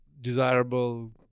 desirable